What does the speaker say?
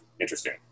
interesting